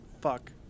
fuck